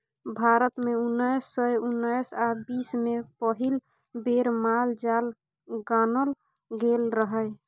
भारत मे उन्नैस सय उन्नैस आ बीस मे पहिल बेर माल जाल गानल गेल रहय